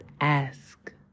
ask